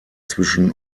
zwischen